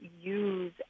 use